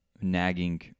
nagging